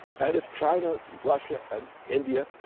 and if china, russia, and india,